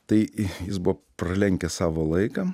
tai jis buvo pralenkęs savo laiką